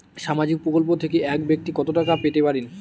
সামাজিক প্রকল্প থেকে এক ব্যাক্তি কত টাকা পেতে পারেন?